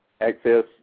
access